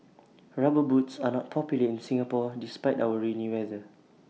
rubber boots are not popular in Singapore despite our rainy weather